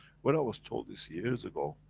when i was told this years ago,